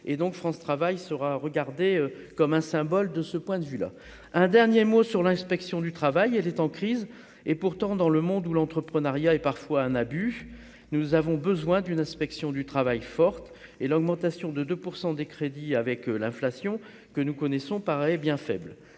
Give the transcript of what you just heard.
et donc France travail sera regardé comme un symbole de ce point de vue là un dernier mot sur l'inspection du travail, elle est en crise et pourtant dans le monde où l'entreprenariat et parfois un abus, nous avons besoin d'une inspection du travail, forte et l'augmentation de 2 % des crédits avec l'inflation que nous connaissons, paraît bien faible